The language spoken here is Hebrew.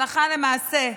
הלכה למעשה,